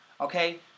okay